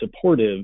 supportive